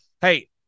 hey